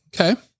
Okay